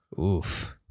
Oof